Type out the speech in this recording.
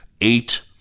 eight